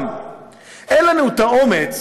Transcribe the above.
אין לנו האומץ,